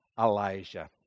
Elijah